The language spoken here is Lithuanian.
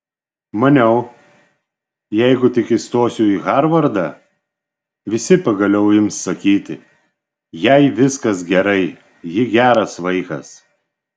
maniau jeigu tik įstosiu į harvardą visi pagaliau ims sakyti jai viskas gerai ji geras vaikas